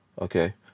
okay